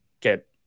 get